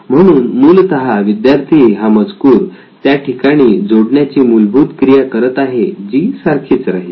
म्हणून मूलतः विद्यार्थी हा मजकूर त्याठिकाणी जोडण्याची मूलभूत क्रिया करत आहे जी सारखीच राहील